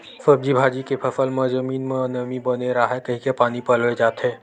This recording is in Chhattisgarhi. सब्जी भाजी के फसल म जमीन म नमी बने राहय कहिके पानी पलोए जाथे